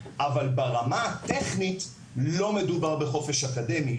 אבל ברמה הטכנית לא מדובר בחופש אקדמי.